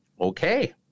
okay